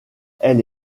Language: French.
elle